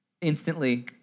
Instantly